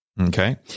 Okay